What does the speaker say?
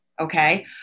okay